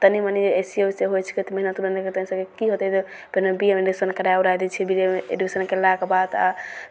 तनि मनि अइसहिए ओइसहिए होइ छिकै तऽ मेहनति उहनति नहि करतै तनिसन कि होतै तऽ पहिले बी ए मे एडमिशन करै उरै दै छिए बी ए मे एडमिशन कएलाके बाद आओर